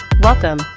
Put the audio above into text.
Welcome